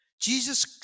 Jesus